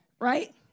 Right